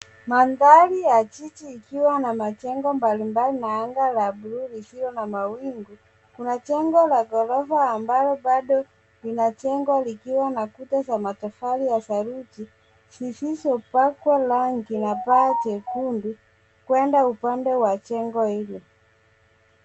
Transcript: Mandhari ya jiji ikiwa na majengo mbalimbali na anga la bluu lisilo na mawingu. Kuna jengo la gorofa ambalo bado linajengwa likiwa na kuta za matofali ya saruji zisizopakwa rangi na paa jekundu kwenda upande wa jengo hilo.